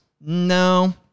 no